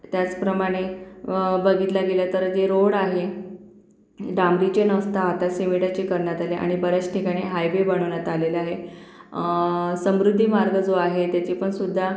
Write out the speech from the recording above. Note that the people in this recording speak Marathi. त्याचप्रमाणे बघितल्या गेल्या तर जे रोड आहे डांबराचे नसता आता सिमेंटचे करण्यात आले आणि बऱ्याच ठिकाणी हायवे बनवण्यात आलेले आहे समृद्धी मार्ग जो आहे त्याचीपणसुद्धा